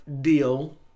deal